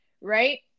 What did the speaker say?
right